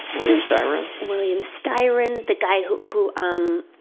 william styron? william styron. and the guy who, who, um,